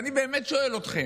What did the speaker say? ואני באמת שואל אתכם,